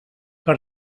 per